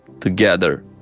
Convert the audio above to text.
together